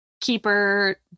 Keeper